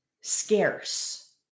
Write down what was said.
scarce